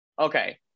Okay